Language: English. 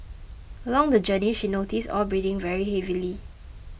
along the journey she noticed Aw breathing very heavily